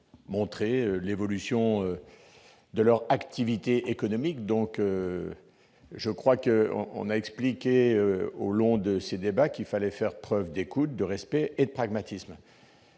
montré l'évolution de leur activité économique. On a expliqué, tout au long de nos débats, qu'il fallait faire preuve d'écoute, de respect et de pragmatisme.